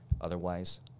Otherwise